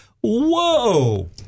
whoa